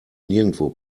nirgendwo